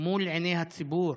לעיני הציבור